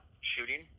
shooting